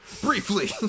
Briefly